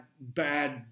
bad